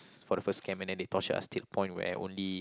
for the first camp and then they torture us till the point where only